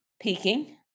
peaking